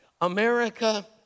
America